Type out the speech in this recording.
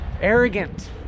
arrogant